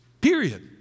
Period